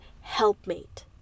helpmate